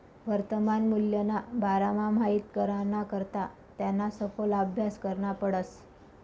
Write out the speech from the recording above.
वर्तमान मूल्यना बारामा माहित कराना करता त्याना सखोल आभ्यास करना पडस